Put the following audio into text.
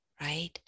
right